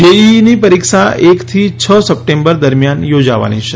જેઈઈની પરીક્ષા એકથી છ સપ્ટેમ્બર દરમિયાન યોજાવાની છે